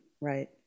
right